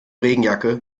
regenjacke